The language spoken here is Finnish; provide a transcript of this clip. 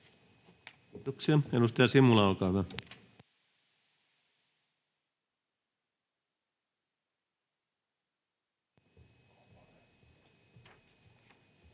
Kiitoksia. — Edustaja Simula, olkaa hyvä.